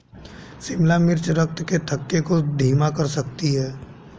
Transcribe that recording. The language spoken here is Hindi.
शिमला मिर्च रक्त के थक्के को धीमा कर सकती है